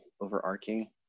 overarching